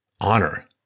honor